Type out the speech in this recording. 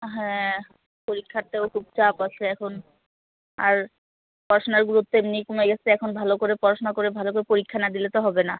হ্যাঁ পরীক্ষাতেও খুব চাপ আসে এখন আর পড়াশুনার গুরুত্ব এমনিই কমে গেছে এখন ভালো করে পড়াশুনা করে ভালো করে পরীক্ষা না দিলে তো হবে না